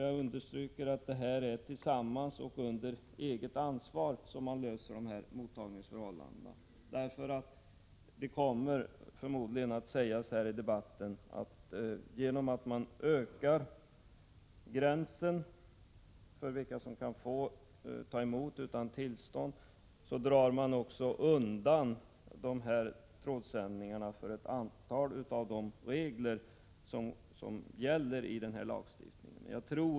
Jag understryker att det är tillsammans och under eget ansvar som man löser mottagningsfrågorna. Det kommer förmodligen att sägas här i debatten att man, genom att gränserna för vilka som kan få ta emot sändningar utan tillstånd utvidgas, kommer att dra trådsändningarna undan från ett antal regler som gäller enligt lagstiftningen.